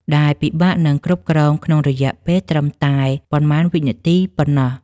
ដែលពិបាកនឹងគ្រប់គ្រងក្នុងរយៈពេលត្រឹមតែប៉ុន្មានវិនាទីប៉ុណ្ណោះ។